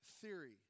theory